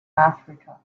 africa